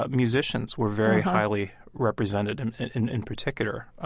ah musicians were very highly represented and in in particular,